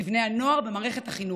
בבני הנוער במערכת החינוך.